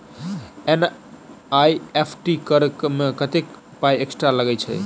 NEFT करऽ मे कत्तेक पाई एक्स्ट्रा लागई छई?